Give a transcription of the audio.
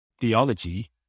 theology